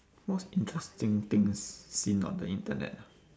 most interesting thing seen on the internet ah